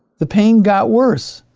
the pain got worse.